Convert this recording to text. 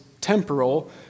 temporal